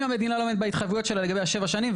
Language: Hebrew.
המדינה לא עומדת בהתחייבויות שלה לגבי השבע שנים.